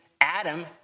Adam